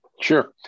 Sure